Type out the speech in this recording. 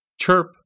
chirp